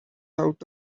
out